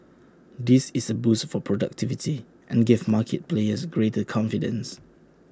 this is A boost for productivity and gave market players greater confidence